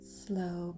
slow